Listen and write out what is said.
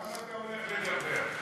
כמה אתה הולך לדבר?